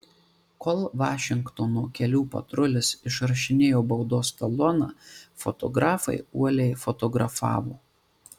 kol vašingtono kelių patrulis išrašinėjo baudos taloną fotografai uoliai fotografavo